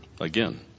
Again